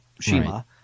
Shima